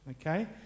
Okay